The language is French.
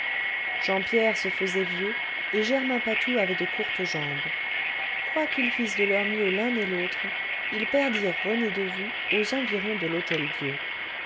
jean pierre se faisait vieux et germain patou avait de courtes jambes quoiqu'ils fissent de leur mieux l'un et l'autre ils perdirent rené de vue aux environs de l'hôtel-dieu